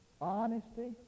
Honesty